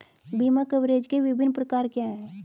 बीमा कवरेज के विभिन्न प्रकार क्या हैं?